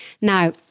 Now